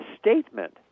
statement